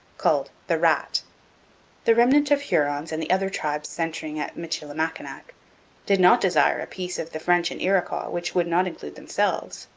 called the rat the remnant of hurons and the other tribes centring at michilimackinac did not desire a peace of the french and iroquois which would not include themselves,